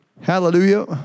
Hallelujah